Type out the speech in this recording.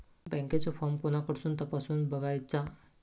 बँकेचो फार्म कोणाकडसून तपासूच बगायचा?